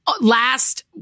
last